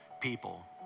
People